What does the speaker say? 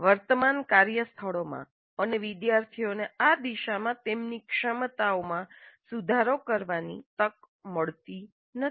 વર્તમાન કાર્યસ્થળોમાં અને વિદ્યાર્થીઓને આ દિશામાં તેમની ક્ષમતાઓમાં સુધારો કરવાની તકો મળતી નથી